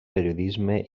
periodisme